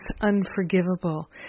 unforgivable